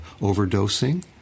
overdosing